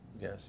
Yes